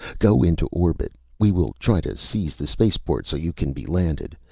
go into orbit. we will try to seize the spaceport so you can be landed.